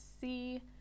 see